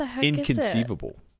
inconceivable